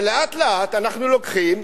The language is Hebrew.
ולאט-לאט אנחנו לוקחים,